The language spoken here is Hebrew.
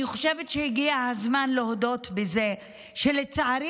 אני חושבת שהגיע הזמן להודות בזה שלצערי